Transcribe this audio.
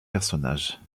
personnages